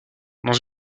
dans